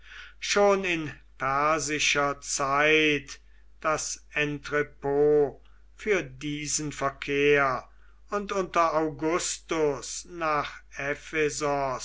schon in persischer zeit das entrept für diesen verkehr und unter augustus nach